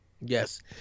yes